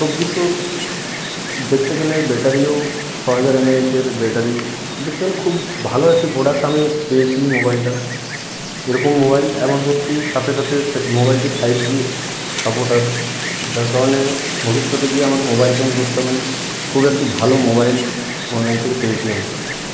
সবকিছুর দেখতে গেলে ব্যাটারিও ছহাজার এমএএইচের ব্যাটারি দেখতে গেলে খুব ভালো একটি প্রোডাক্ট আমি পেয়েছি মোবাইলটা এরকম মোবাইল এমনকি সাথে সাথে সে মোবাইলটি ফাইভ জি সাপোর্টার যার কারণে ভবিষ্যতে গিয়ে আমাকে মোবাইল চেঞ্জ করতে হবে না খুব একটি ভালো মোবাইল অনলাইন থেকে পেয়েছি আমি